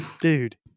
dude